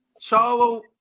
Charlo